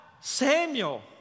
Samuel